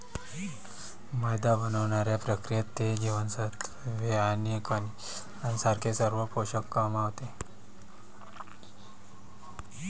मैदा बनवण्याच्या प्रक्रियेत, ते जीवनसत्त्वे आणि खनिजांसारखे सर्व पोषक गमावते